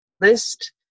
list